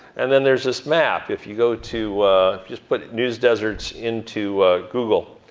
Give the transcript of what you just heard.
and then there's this map. if you go to, if you just put news deserts into google,